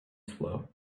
slow